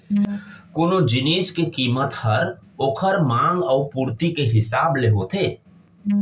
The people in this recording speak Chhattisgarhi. कोनो जिनिस के कीमत हर ओकर मांग अउ पुरती के हिसाब ले होथे